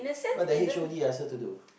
but the H_O_D ask her to do